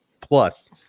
plus